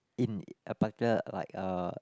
in a particular like uh